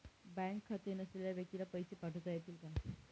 Bank खाते नसलेल्या व्यक्तीला पैसे पाठवता येतील का?